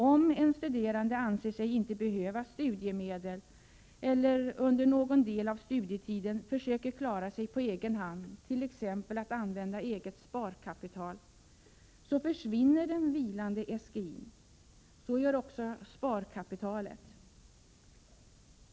Om en studerande anser sig inte behöva studiemedel eller under någon del av studietiden försöker klara sig på egen hand, t.ex. genom att använda eget sparkapital, försvinner den vilande SGI-n. Så gör också sparkapitalet.